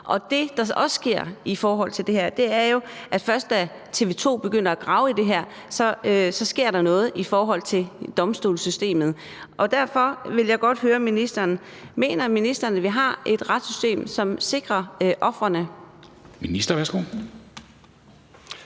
Det, der også sker, er jo, at det først er, da TV 2 begynder at grave i det, at der sker noget i forhold til domstolssystemet. Derfor vil jeg godt høre ministeren: Mener ministeren, at vi har et retssystem, som sikrer ofrene?